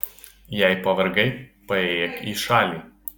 jei pavargai paėjėk į šalį